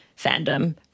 fandom